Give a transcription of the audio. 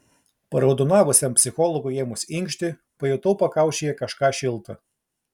paraudonavusiam psichologui ėmus inkšti pajutau pakaušyje kažką šilta